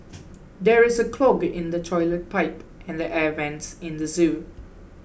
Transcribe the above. there is a clog in the toilet pipe and the air vents in the zoo